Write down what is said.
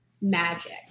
magic